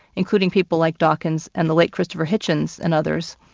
including people like dawkins and the late christopher hitchens and others.